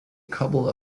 couple